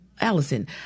Allison